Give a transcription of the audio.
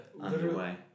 underway